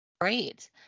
Great